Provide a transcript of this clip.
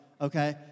okay